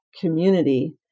community